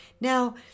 Now